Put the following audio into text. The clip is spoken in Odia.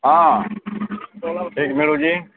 ହଁ ଠିକ୍ ମିଳୁଛି